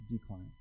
decline